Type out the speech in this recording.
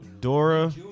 Dora